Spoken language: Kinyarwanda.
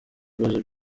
bibazo